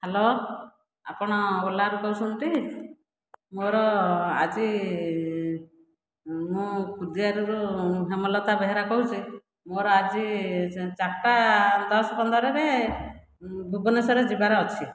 hello ଆପଣ ଓଲାରୁ କହୁଛନ୍ତି ଟି ମୋର ଆଜି ମୁଁ କୁଦିଆରୀ ହେମଲତା ବେହେରା କହୁଛି ମୋର ଆଜି ଚାରିଟା ଦଶ ପନ୍ଦର ରେ ଭୁବନେଶ୍ୱର ଯିବାର ଅଛି